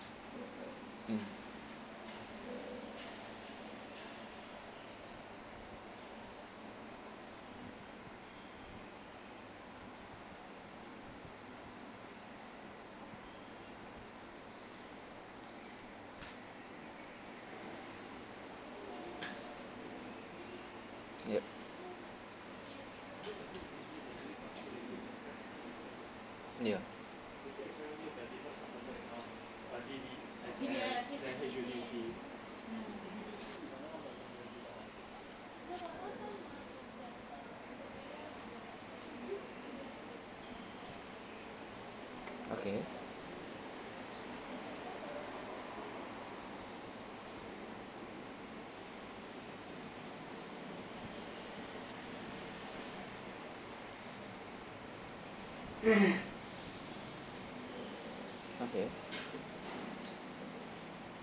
mm yup ya okay okay